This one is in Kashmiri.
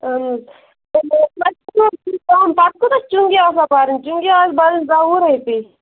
پَتہٕ کوٗتاہ چُنٛگی آسان بَرٕنۍ چُنٛگی آسہِ بَرٕنۍ دَہ وُہ رۄپیہِ